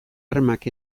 armak